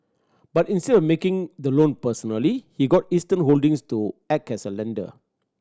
but instead of of making the loan personally he got Eastern Holdings to act as a lender